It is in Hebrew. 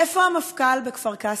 איפה המפכ"ל בכפר קאסם?